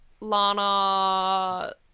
Lana